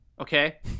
okay